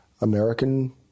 American